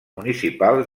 municipals